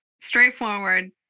straightforward